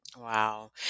Wow